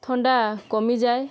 ଥଣ୍ଡା କମିଯାଏ